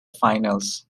finals